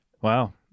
wow